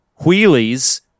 wheelies